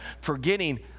forgetting